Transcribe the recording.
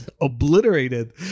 obliterated